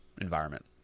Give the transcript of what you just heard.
environment